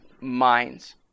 Minds